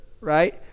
right